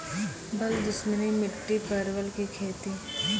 बल दुश्मनी मिट्टी परवल की खेती?